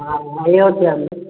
हा भेण वटि रहंदी